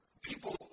people